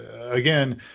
again